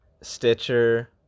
Stitcher